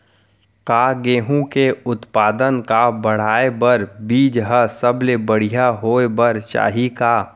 का गेहूँ के उत्पादन का बढ़ाये बर बीज ह सबले बढ़िया होय बर चाही का?